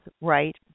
right